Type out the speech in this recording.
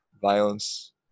violence